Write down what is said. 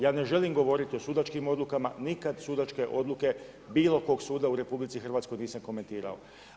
Ja ne želim govoriti o sudačkim odlukama, nikad sudačke odluke bilo kog suda u RH nisam komentirao.